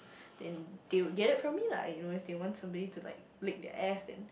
then they would get it from me lah you know if they want somebody to like lick their ass then